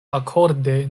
akorde